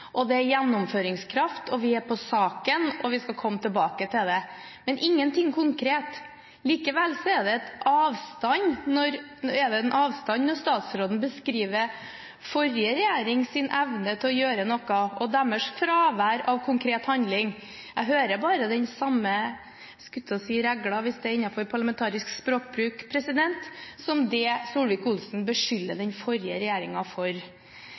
og det er gjennomføringskraft, og vi er på saken, og vi skal komme tilbake til det – men ingenting konkret. Likevel er det en avstand, når statsråden beskriver forrige regjerings evne til å gjøre noe og deres fravær av konkret handling. Jeg hører bare den samme regla, skulle jeg til å si, hvis det er innenfor parlamentarisk språkbruk, president, som det Solvik-Olsen beskylder den forrige regjeringen for.